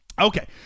Okay